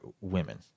women